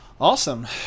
Awesome